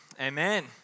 amen